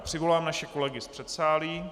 Přivolám naše kolegy z předsálí.